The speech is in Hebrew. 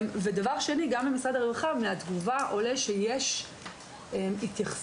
גם מהתגובה של משרד הרווחה עולה שיש התייחסות